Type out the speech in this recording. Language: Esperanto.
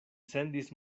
sendis